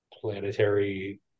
planetary